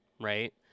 Right